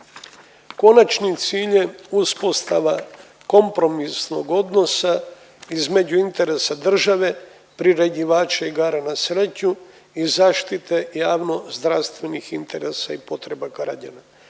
Konačni cilj je uspostava kompromisnog odnosa između interesa države, priređivača igara na sreću i zaštite javnozdravstvenih interesa i potreba građana.